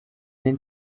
den